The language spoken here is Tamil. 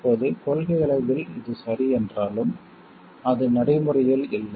இப்போது கொள்கையளவில் இது சரி என்றாலும் அது நடைமுறையில் இல்லை